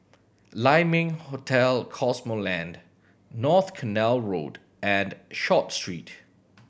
Lai Ming Hotel Cosmoland North Canal Road and Short Street